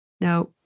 Now